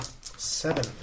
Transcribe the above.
Seven